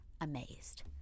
amazed